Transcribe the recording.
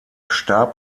starb